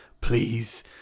Please